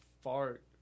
fart